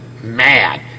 mad